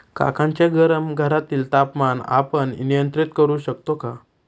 काकांच्या गरम घरातील तापमान आपण नियंत्रित करु शकतो का?